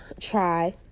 try